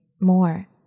more